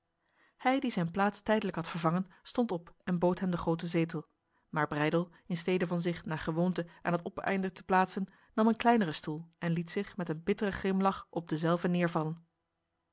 hij die zijn plaats tijdelijk had vervangen stond op en bood hem de grote zetel maar breydel in stede van zich na gewoonte aan het oppereinde te plaatsen nam een kleinere stoel en liet zich met een bittere grimlach op dezelve neervallen